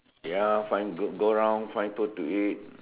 ya find good go round find food to eat